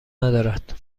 ندارد